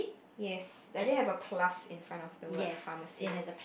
yes does it have a plus in front of the word pharmacy